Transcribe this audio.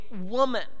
woman